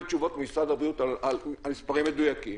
תשובות ממשרד הבריאות על מספרים מדויקים,